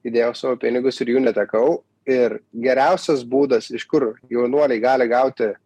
įdėjau savo pinigus ir jų netekau ir geriausias būdas iš kur jaunuoliai gali gauti